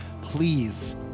please